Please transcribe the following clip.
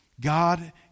God